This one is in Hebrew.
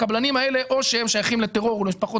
הקבלנים האלה או שהם שייכים לטרור או למשפחות